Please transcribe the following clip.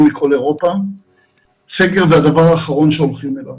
מכל אירופה וסגר הוא הדבר האחרון שהולכים אליו.